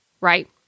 right